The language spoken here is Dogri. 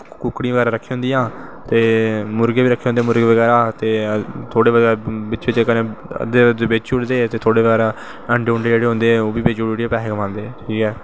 कुक्कड़ियां बगैरा रक्खी दियां होंदियां ते मुर्गें बी रक्खे दे होंदे ते मुर्गें दा बिच्च बिच्च बेची ओड़दे ते थोह्ड़ा हारा अंडे उंडे बेचियै पैसे कमांदे ठीक ऐ